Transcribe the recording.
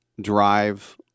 drive